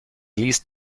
liest